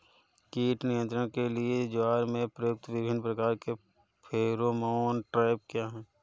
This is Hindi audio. कीट नियंत्रण के लिए ज्वार में प्रयुक्त विभिन्न प्रकार के फेरोमोन ट्रैप क्या है?